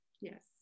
yes